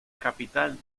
capital